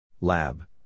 Lab